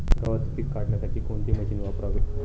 गव्हाचे पीक काढण्यासाठी कोणते मशीन वापरावे?